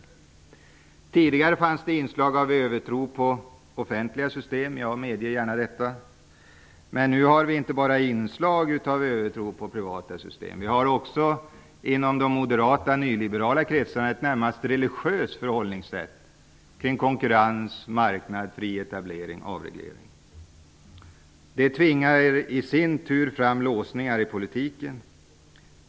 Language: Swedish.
Jag medger gärna att det tidigare fanns inslag av övertro på offentliga system, men vi har nu inte bara inslag av övertro på privata system utan i de moderata och nyliberala kretsarna också ett närmast religiöst förhållningssätt vad avser konkurrens, marknad, fri etablering och avreglering. Detta tvingar i sin tur fram låsningar i politiken.